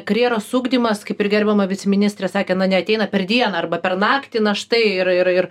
karjeros ugdymas kaip ir gerbiama viceministrė sakė na neateina per dieną arba per naktį na štai ir ir